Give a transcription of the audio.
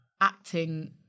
acting